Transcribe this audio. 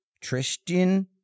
Tristan